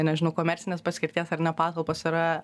nežinau komercinės paskirties ar ne patalpos yra